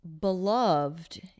beloved